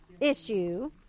issue